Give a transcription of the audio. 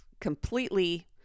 completely